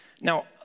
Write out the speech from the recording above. Now